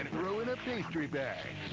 throw in a pastry bag.